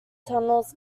tunnels